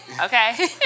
okay